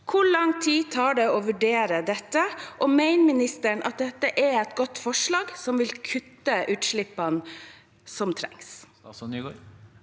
Hvor lang tid tar det å vurdere dette, og mener ministeren at dette er et godt forslag som vil kutte utslippene som trengs?